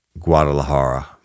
Guadalajara